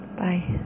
bye